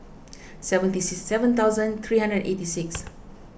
seventy six seven thousand three hundred and eighty six